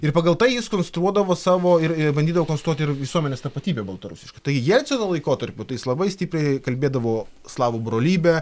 ir pagal tai jis konstruodavo savo ir bandydavo konstruoti ir visuomenės tapatybę baltarusišką tai jelcino laikotarpiu tai jis labai stipriai kalbėdavo slavų brolybę